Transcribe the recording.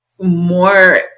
more